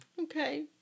Okay